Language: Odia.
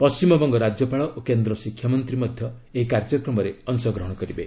ପଶ୍ଚିମବଙ୍ଗ ରାଜ୍ୟପାଳ ଓ କେନ୍ଦ୍ର ଶିକ୍ଷାମନ୍ତ୍ରୀ ମଧ୍ୟ ଏହି କାର୍ଯ୍ୟକ୍ରମରେ ଅଂଶଗ୍ରହଣ କରିବେ